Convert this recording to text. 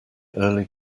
early